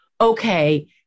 okay